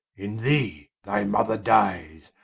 in thee thy mother dyes,